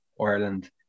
Ireland